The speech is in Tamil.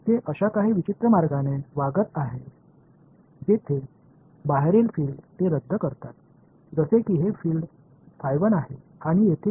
அவர்கள் மிகவும் விசித்திரமான முறையில் செயல்படுகிறார்கள் அங்கு ஒரு விசித்திரமான வழியில் அவர்கள் வெளியில் உள்ள புலங்களை ரத்து செய்கிறார்கள் அதாவது இங்கே புலம் மற்றும் இங்கே புலம் உள்ளது